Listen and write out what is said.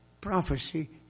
prophecy